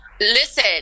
listen